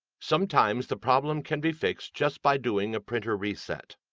sometimes, the problem can be fixed just by doing a printer reset.